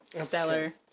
Stellar